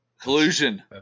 Collusion